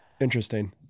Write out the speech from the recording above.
Interesting